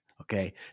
okay